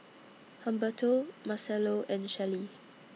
Humberto Marcelo and Shelli